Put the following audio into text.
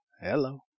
Hello